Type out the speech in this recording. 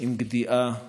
עם גדיעה ועצב.